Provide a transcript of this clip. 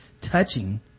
touching